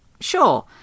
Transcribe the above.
sure